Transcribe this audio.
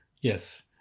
yes